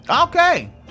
Okay